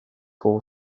full